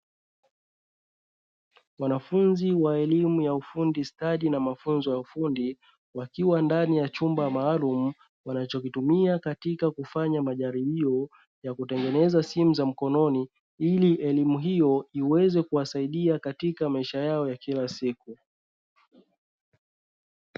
Wanafunzi wa elimu ya ufundi stadi na mafunzo ya ufundi wakiwa ndani ya chumba maalumu, wanachokitumia katika kufanya majaribio ya kutengeneza simu za mkononi ili elimu hiyo iweze kuwasaidia katika maisha yao ya kila siku.